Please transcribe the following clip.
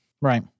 right